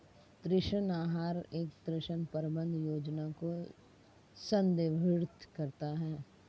ऋण आहार एक ऋण प्रबंधन योजना को संदर्भित करता है